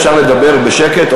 אפשר לדבר בשקט,